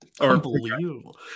Unbelievable